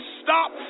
stop